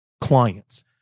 clients